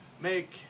make